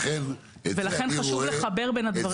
ולכן חשוב לחבר בין הדברים.